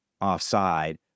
offside